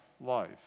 life